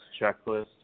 checklist